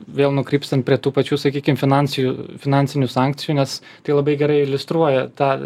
vėl nukrypstant prie tų pačių sakykim finansijų finansinių sankcijų nes tai labai gerai iliustruoja tą